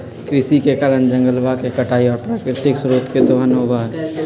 कृषि के कारण जंगलवा के कटाई और प्राकृतिक स्रोत के दोहन होबा हई